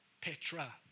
Petra